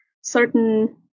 certain